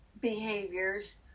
behaviors